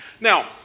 Now